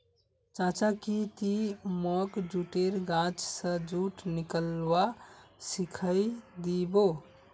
चाचा की ती मोक जुटेर गाछ स जुट निकलव्वा सिखइ दी बो